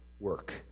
work